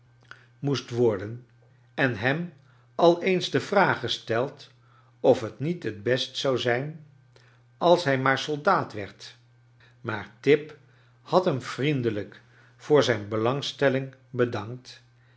moest worden en hem al eens de vraag gesteld of het niet het best zou zijn als hij maar soldaat werd maar tip had hem vriendelijk voor zijn belangstelling bedankt